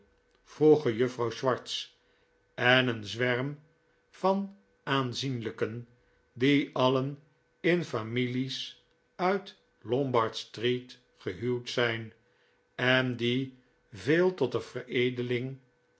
juffrouw swartz en een zwerm van aanzienlijken die alien in families uit lombard street gehuwd zijn en die veel tot de veredeling